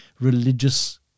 religious